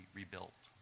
rebuilt